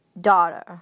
daughter